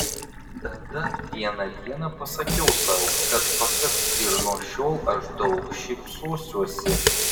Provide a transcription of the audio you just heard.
tada vieną dieną pasakiau sau kad pakaks ir nuo šiol aš daug šypsosiuosi